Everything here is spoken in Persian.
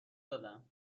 دادم